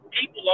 People